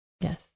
Yes